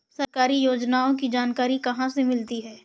सरकारी योजनाओं की जानकारी कहाँ से मिलती है?